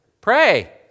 Pray